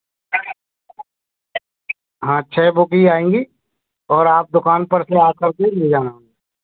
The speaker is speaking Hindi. हाँ छः बुक ही आएँगी और आप दुकान पर से आकर के ले जाना